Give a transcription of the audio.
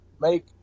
make